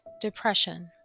depression